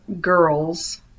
girls